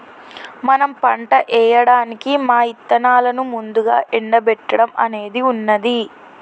మనం పంట ఏయడానికి మా ఇత్తనాలను ముందుగా ఎండబెట్టడం అనేది ఉన్నది